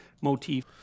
motif